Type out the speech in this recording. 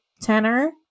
tenor